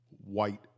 white